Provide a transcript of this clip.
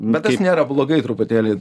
bet tas nėra blogai truputėlį